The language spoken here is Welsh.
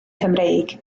cymreig